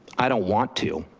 i don't want to,